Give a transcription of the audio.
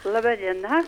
laba diena